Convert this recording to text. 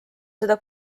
seda